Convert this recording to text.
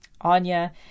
Anya